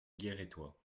guérétois